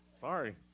sorry